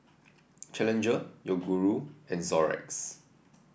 Challenger Yoguru and Xorex